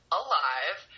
alive